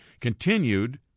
continued